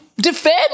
defend